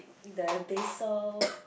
the basil